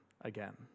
again